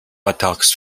botox